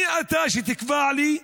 מי אתה שתקבע לי,